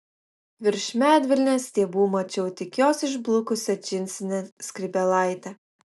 virš medvilnės stiebų mačiau tik jos išblukusią džinsinę skrybėlaitę